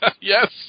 Yes